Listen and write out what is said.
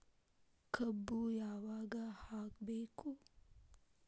ಕಬ್ಬು ಯಾವಾಗ ಹಾಕಬೇಕು?